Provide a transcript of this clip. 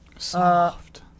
Soft